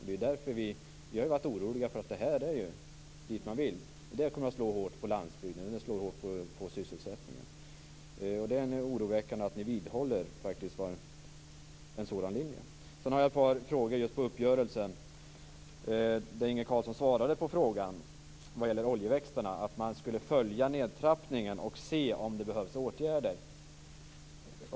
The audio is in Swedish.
Det är därför vi har varit oroliga. Det här är dit man vill. Det kommer att slå hårt på landsbygden och sysselsättningen. Det är oroväckande att ni vidhåller en sådan linje. Sedan har jag ett par frågor om uppgörelsen. Inge Carlsson svarade på frågan om oljeväxterna att man skulle följa nedtrappningen och se om det behövs åtgärder.